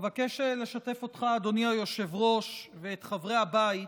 אבקש לשתף אותך, אדוני היושב-ראש, ואת חברי הבית,